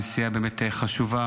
נסיעה באמת חשובה.